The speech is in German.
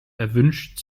erwünscht